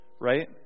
right